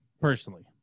personally